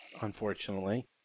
Unfortunately